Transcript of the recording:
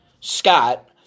Scott